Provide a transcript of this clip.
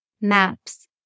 Maps